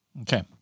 Okay